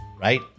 right